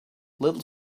little